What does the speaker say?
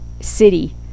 city